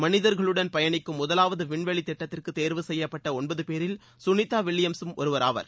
மனிதர்களுடன் பயணிக்கும் முதலாவது விண்வெளி திட்டத்திற்கு தேர்வு செய்யப்பட்ட ஒன்பது பேரில் சுனிதா வில்லியம்ஸும் ஒருவர் ஆவார்